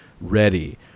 ready